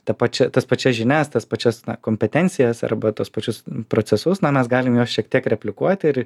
ta pačia tas pačias žinias tas pačias kompetencijas arba tuos pačius procesus na mes galim juos šiek tiek replikuoti ir